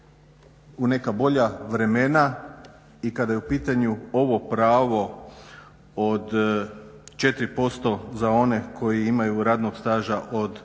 u neka bolja vremena i kada je u pitanju ovo pravo od 4% za one koji imaju radnog staža od